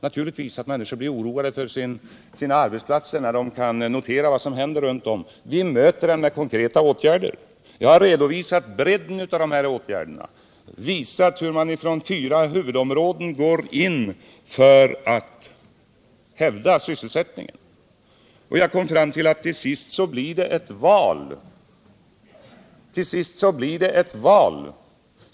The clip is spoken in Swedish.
Naturligtvis blir människor oroade över sina jobb när de noterar vad som händer runt om i världen, och också vi märker den oron. Men vi möter den med konkreta åtgärder. Jag har redovisat bredden av dessa åtgärder. Jag har visat hur vi utifrån fyra huvudområden kommer att gå in för att hävda sysselsättningen, och jag kom därvid fram till att det till sist blir fråga om ett val.